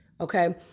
Okay